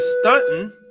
stunting